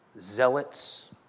zealots